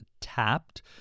Tapped